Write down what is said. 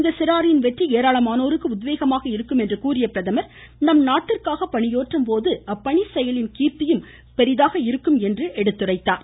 இந்த சிறாரின் வெற்றி ஏராளமானோருக்கு உத்வேகமாக இருக்கும் என்று கூறிய அவர் நம் நாட்டிற்காக பணியாற்றும் போது அப்பணி செயலின் கீர்த்தியும் பெரிதாக இருக்கும் என்றார்